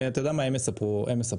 בבקשה, הן יספרו.